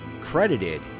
Credited